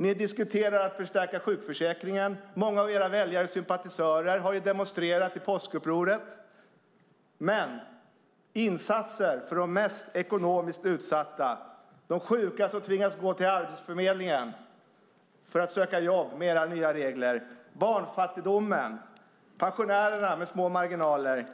Ni diskuterar om att förstärka sjukförsäkringen och många av era väljare och sympatisörer har demonstrerat i påskupproret. Men insatser för de mest ekonomiskt utsatta - de sjuka som med era nya regler tvingas gå till Arbetsförmedlingen för att söka jobb, barnfattigdomen och pensionärerna med små marginaler